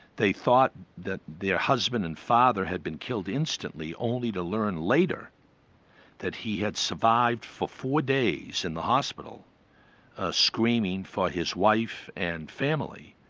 they thought that their husband and father had been killed instantly, only to learn later that he had survived for four days in the hospital ah screaming for his wife and family,